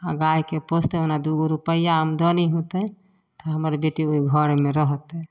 आ गायके पोसतै ओना दूगो रुपैआ आमदनी होतै तऽ हमर बेटी ओहि घरमे रहतै